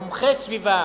מומחי סביבה